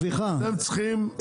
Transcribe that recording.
אתם צריכים להגדיר מה זו אינטגרציה.